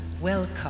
Welcome